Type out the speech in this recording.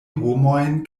homojn